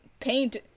paint